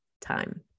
time